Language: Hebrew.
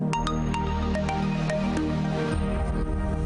עקב העיצומים שהיו במשרד החוץ בשנים האחרונות הלוך וחזור,